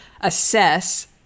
assess